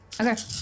Okay